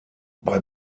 bei